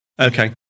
Okay